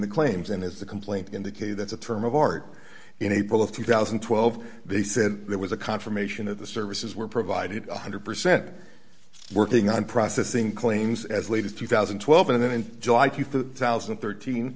the claims and as the complaint indicated that's a term of art in april of two thousand and twelve they said there was a confirmation of the services were provided one hundred percent working on processing claims as late as two thousand and twelve and then in july two thousand and thirteen